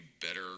better